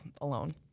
alone